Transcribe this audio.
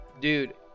Dude